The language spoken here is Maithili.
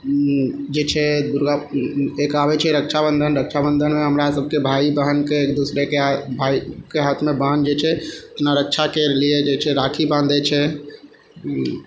जे छै दुर्गा एक आबै छै रक्षाबन्धन रक्षाबन्धनमे हमरा सबके भाय बहनके एक दोसराके भायके हाथमे बहन जे छै अपना रक्षाके लिए जे छै राखी बान्धै छै